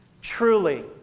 Truly